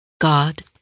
God